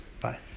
Bye